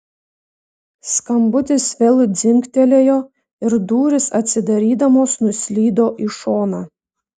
skambutis vėl dzingtelėjo ir durys atsidarydamos nuslydo į šoną